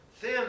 thin